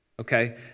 okay